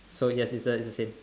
so yes it's the it's the same